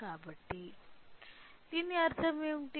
కాబట్టి దీని అర్థం ఏమిటి